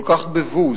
כל כך בבוז,